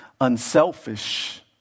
unselfish